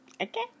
Okay